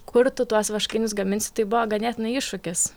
kur tu tuos vaškainius gamins tai buvo ganėtinai iššūkis